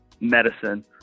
medicine